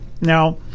Now